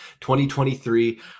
2023